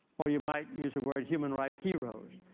or you might use the word human rights heroes.